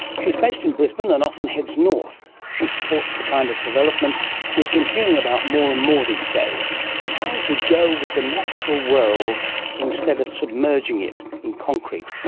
she's based in brisbane and often heads north. she supports the kind of development we've been hearing about more and more these days how to go with the natural world instead of submerging it in concrete,